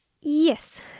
Yes